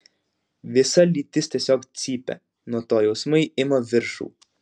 visa lytis tiesiog cypia nuo to jausmai ima viršų